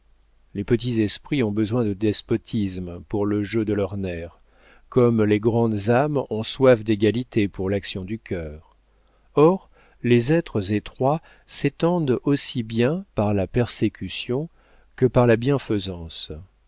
les petits esprits ont besoin de despotisme pour le jeu de leurs nerfs comme les grandes âmes ont soif d'égalité pour l'action du cœur or les êtres étroits s'étendent aussi bien par la persécution que par la bienfaisance